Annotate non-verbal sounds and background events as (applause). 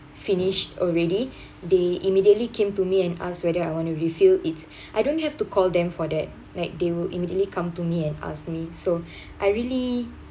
finished already (breath) they immediately came to me and ask whether I want to refill it I don't you have to call them for that like they will immediately come to me and ask me so (breath) I really